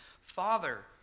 Father